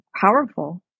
powerful